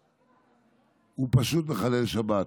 הוא פשוט מחלל לשבת.